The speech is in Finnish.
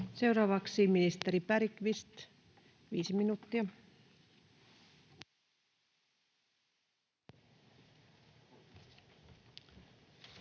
Seuraavaksi ministeri Bergqvist, viisi minuuttia.